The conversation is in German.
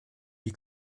die